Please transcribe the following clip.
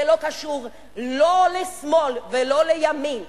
זה לא קשור לא לשמאל ולא לימין,